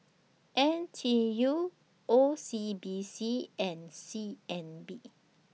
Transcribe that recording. N T U O C B C and C N B